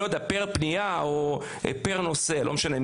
לפי מספר הפניות או מספר הנושאים, לא משנה.